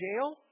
jail